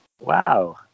wow